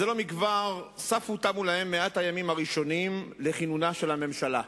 זה לא כבר תמו להם 100 הימים הראשונים לכינונה של הממשלה.